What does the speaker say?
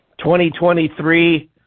2023